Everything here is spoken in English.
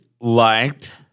liked